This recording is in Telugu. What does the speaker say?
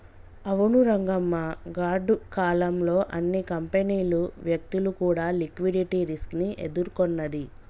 అవును రంగమ్మ గాడ్డు కాలం లో అన్ని కంపెనీలు వ్యక్తులు కూడా లిక్విడిటీ రిస్క్ ని ఎదుర్కొన్నది